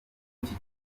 iki